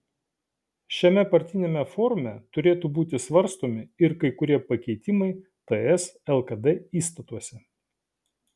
šiame partiniame forume turėtų būti svarstomi ir kai kurie pakeitimai ts lkd įstatuose